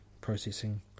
processing